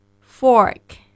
fork